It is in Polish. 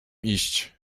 iść